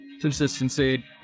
consistency